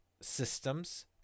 systems